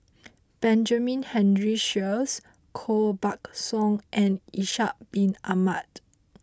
Benjamin Henry Sheares Koh Buck Song and Ishak bin Ahmad